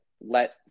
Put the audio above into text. let